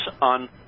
on